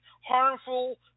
harmful